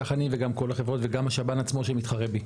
כך אני וגם כל החברות וגם השב"ן עצמו שמתחרה בי.